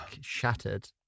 shattered